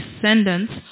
descendants